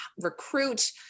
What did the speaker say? recruit